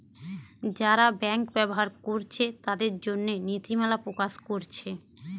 যারা ব্যাংক ব্যবহার কোরছে তাদের জন্যে নীতিমালা প্রকাশ কোরছে